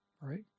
right